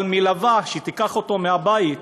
אבל מלווה שתיקח אותו מהבית